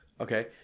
Okay